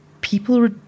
people